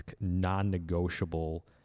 non-negotiable